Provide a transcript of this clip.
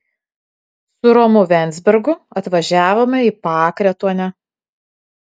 su romu venzbergu atvažiavome į pakretuonę